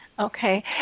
Okay